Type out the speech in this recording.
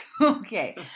Okay